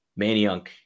Maniunk